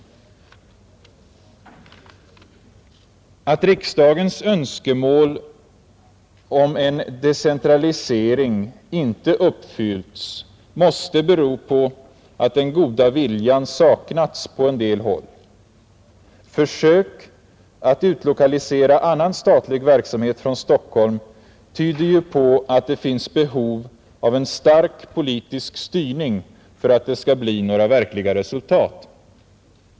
Att riksdagens önskemål om en decentralisering inte uppfyllts måste bero på att den goda viljan saknats på en del håll. Försök att utlokalisera annan statlig verksamhet från Stockholm tyder ju på att det finns behov av en stark politisk styrning för att det skall bli några verkliga resultat.